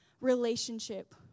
relationship